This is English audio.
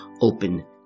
open